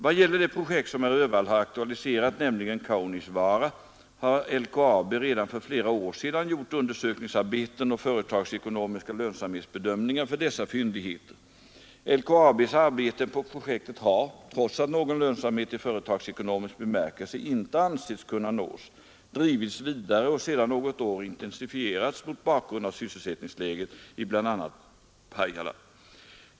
Vad gäller det projekt som herr Öhvall har aktualiserat, nämligen Kaunisvaara, har LKAB redan för flera år sedan gjort undersökningsarbeten och företagsekonomiska lönsamhetsbedömningar för dessa fyndigheter. LKAB:s arbeten på projektet har, trots att någon lönsamhet i företagsekonomisk bemärkelse inte ansetts kunna nås, drivits vidare och sedan något år intensifierats mot bakgrund av sysselsättningsläget i bl.a. Pajala.